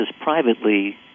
privately